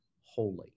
holy